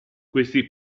questi